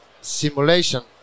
simulation